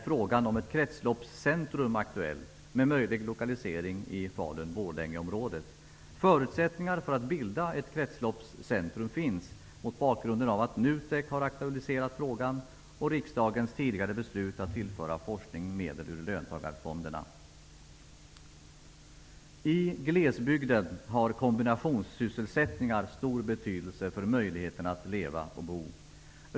Frågan om ett kretsloppscentrum är aktuell. En möjlig lokalisering är Falun/Borlänge-området. Förutsättningar för att bilda ett kretsloppscentrum finns, mot bakgrund av att NUTEK har aktualiserat frågan och att riksdagen tidigare har beslutat att tillföra forskningen medel ur löntagarfonderna. I glesbygden har kombinationssysselsättningar stor betydelse för möjligheten att leva och bo.